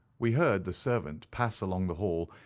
we heard the servant pass along the hall,